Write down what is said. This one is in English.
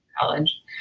college